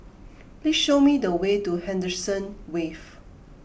please show me the way to Henderson Wave